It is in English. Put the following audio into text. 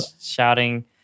shouting